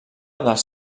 dels